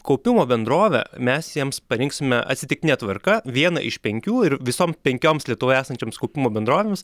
kaupimo bendrovę mes jiems parinksime atsitiktine tvarka vieną iš penkių ir visom penkioms lietuvoje esančioms kaupimo bendrovėms